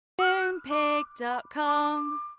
Moonpig.com